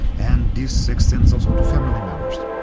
and this extends also to family members.